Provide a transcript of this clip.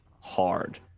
hard